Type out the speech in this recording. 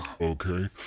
okay